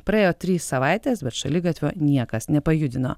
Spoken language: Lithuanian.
praėjo trys savaitės bet šaligatvio niekas nepajudino